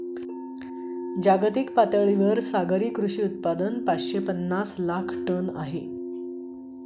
जागतिक पातळीवर सागरी कृषी उत्पादन पाचशे पनास लाख टन आहे